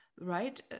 right